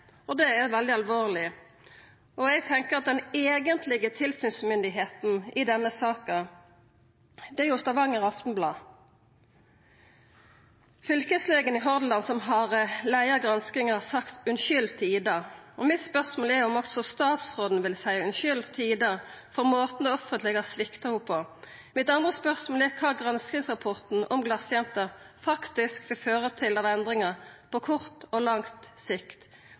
og det er veldig alvorleg. Eg tenkjer at den eigentlege tilsynsmyndigheita i denne saka er Stavanger Aftenblad. Fylkeslegen i Hordaland, som har leia granskinga, har sagt unnskyld til «Ida». Mitt spørsmål er om også statsråden vil seia unnskyld til «Ida» for måten det offentlege har svikta henne på. Mitt andre spørsmål er kva granskingsrapporten om «glasjenta» faktisk vil føra til av endringar på kort og lang sikt.